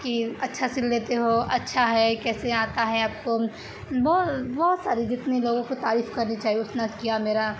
کہ اچھا سل لیتے ہو اچھا ہے کیسے آتا ہے آپ کو بہت ساری جتنے لوگوں کو تعریف کرنی چاہیے اتنا کیا میرا